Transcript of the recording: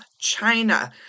China